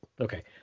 Okay